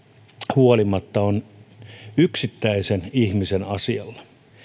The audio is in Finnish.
huolimatta on yksittäisen ihmisen asialla